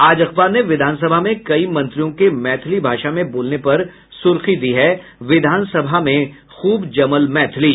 आज अखबार ने विधानसभा में कई मंत्रियों के मैथिली भाषा में बोलने पर सुर्खी दी है विधानसभा में खुब जमल मैथिली